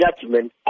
judgment